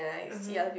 (uh huh)